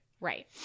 Right